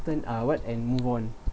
constant uh what and move on